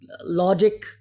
logic